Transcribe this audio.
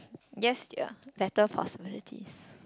yes dear better possibilities